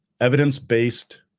evidence-based